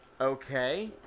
Okay